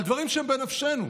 על דברים שהם בנפשנו,